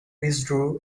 withdrew